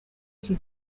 iki